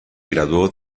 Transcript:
graduó